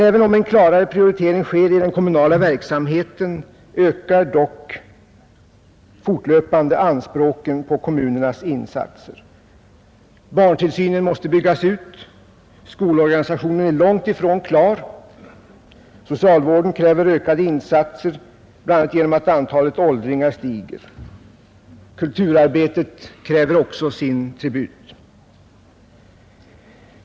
Även om en klarare prioritering sker i den kommunala verksamheten, ökar dock fortlöpande anspråken på kommunernas insatser. Barntillsynen måste byggas ut, skolorganisationen är långt ifrån klar. Socialvården kräver ökade insatser, bl.a. genom att antalet åldringar stiger. Kulturarbetet kräver också sitt.